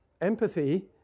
empathy